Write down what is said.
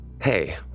Hey